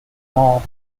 mall